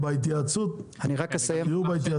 אז בהתייעצות, תהיו בהתייעצות.